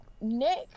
nick